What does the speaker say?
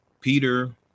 peter